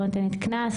לא נותנת קנס,